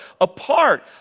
apart